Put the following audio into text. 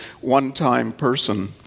one-time-person